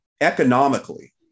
economically